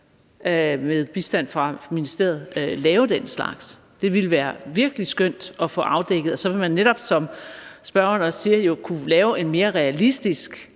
med bistand fra ministeriet lave den slags. Det ville være virkelig skønt at få afdækket, og så vil man jo netop, som spørgeren også siger, kunne lave en mere realistisk